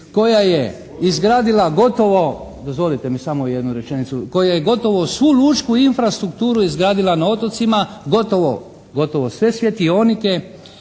koja je izgradila gotovo, dozvolite mi samo jednu rečenicu, koja je gotovo svu lučku infrastrukturu izgradila na otocima, gotovo sve svjetionike,